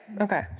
Okay